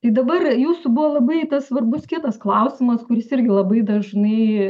tai dabar jūsų buvo labai svarbus kitas klausimas kuris irgi labai dažnai